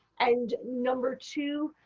and number two,